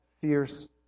fierce